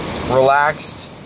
relaxed